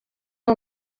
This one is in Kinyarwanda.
ngo